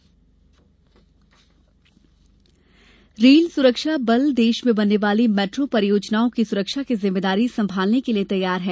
RPF रेल सुरक्षा बल देश में बनने वाली मेट्रो परियोजनाओं की सुरक्षा की जिम्मेदारी संभालने के लिए तैयार है